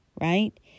right